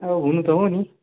अब हुनु त हो नि